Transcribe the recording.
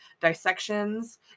dissections